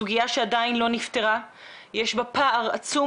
סוגיה שעדיין לא נפתרה ויש בה פער עצום